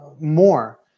more